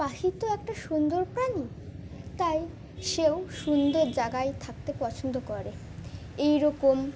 পাখি তো একটা সুন্দর প্রাণী তাই সেও সুন্দর জায়গায় থাকতে পছন্দ করে এইরকম